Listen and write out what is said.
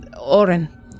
Oren